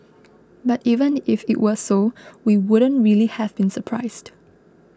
but even if it were so we wouldn't really have been surprised